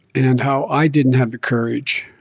and how i didn't have the courage,